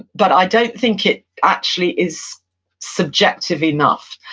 but i don't think it actually is subjective enough.